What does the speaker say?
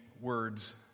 words